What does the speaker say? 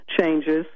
changes